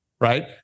right